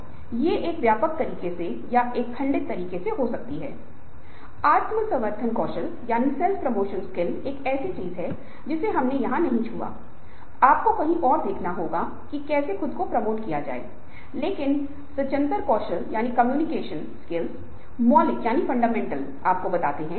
अनुसंधान से पता चलता है कि कहा जा रहा है की आप दूसरों द्वारा अच्छा प्रदर्शन करेंगे डोपामाइन भी जारी करते हैं और मनोवैज्ञानिक शब्द में हम इसे आत्म प्रभावकारिता कहते हैं यदि व्यक्ति को लगता है कि वह प्रभावकारिता है तो वह प्रदर्शन करने की क्षमता प्रतिकूलताओं के साथ समायोजित करने की क्षमता या कठिनाइयों को पार करने की क्षमता से वह कर सकता है और सुखद अतीत की यादों को याद कर सकता है